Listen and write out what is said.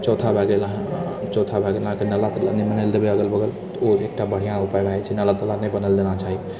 चौथा भए गेल चौथा भए गेल अहाँकेँ नाला नही बनय लए देबै अगल बगल तऽ ओ एकटा बढ़िआँ उपाय भए जाइत छै नाला ताला नहि बनय लए देना चाही